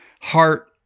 heart